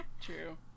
True